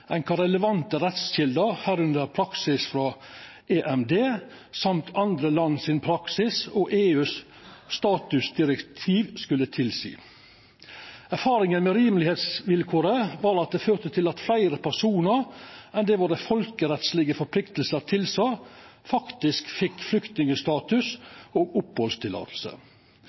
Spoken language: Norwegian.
ein lågare terskel til grunn for vurderinga av tryggleikssituasjonen enn kva relevante rettskjelder, medrekna praksis frå EMD og andre land sin praksis og EUs statusdirektiv, skulle tilseia. Erfaringa med rimelegheitsvilkåret var at det førte til at fleire personar enn det våre folkerettslege forpliktingar tilsa, faktisk fekk flyktningstatus og